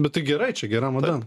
bet tai gerai čia gera mada